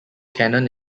cannon